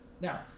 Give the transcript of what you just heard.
Now